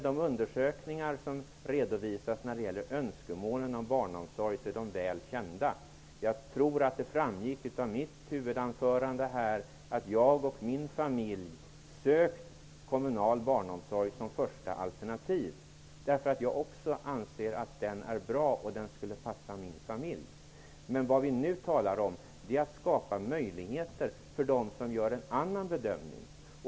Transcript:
De undersökningar som redovisas när det gäller önskemål om barnomsorg är väl kända. Jag tror att det framgick av mitt huvudanförande att jag och min familj sökt kommunal barnomsorg som första alternativ. Jag anser att den är bra och att den skulle passa min familj. Nu talar vi emellertid om att man skall skapa möjligheter för dem som gör en annan bedömning.